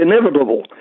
inevitable